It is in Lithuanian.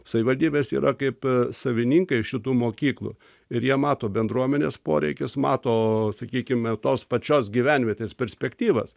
savivaldybės yra kaip savininkai šitų mokyklų ir jie mato bendruomenės poreikius mato sakykime tos pačios gyvenvietės perspektyvas